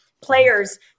players